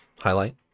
highlight